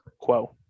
quo